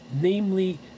namely